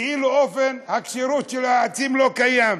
כאילו אופן הכשירות של היועצים לא קיים.